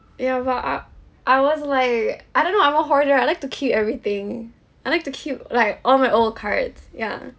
ya well I I was like I don't know I'm a hoarder I like to keep everything I like to keep like all my old cards ya